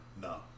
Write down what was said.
No